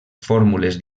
fórmules